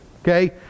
Okay